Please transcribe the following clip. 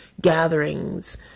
gatherings